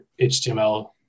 HTML